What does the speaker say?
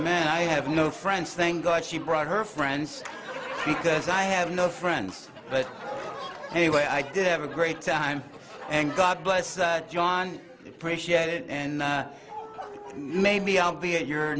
man i have no friends thank god she brought her friends because i have no friends but anyway i did have a great time and god bless john and maybe i'll be at your